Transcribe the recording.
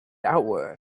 outward